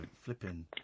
flipping